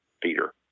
Peter